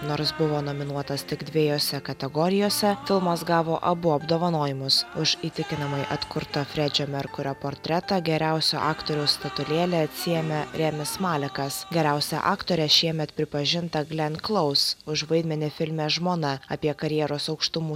nors buvo nominuotas tik dviejose kategorijose filmas gavo abu apdovanojimus už įtikinamai atkurtą fredžio merkurio portretą geriausio aktoriaus statulėlę atsiėmė remis malekas geriausia aktore šiemet pripažinta glen klous už vaidmenį filme žmona apie karjeros aukštumų